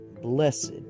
Blessed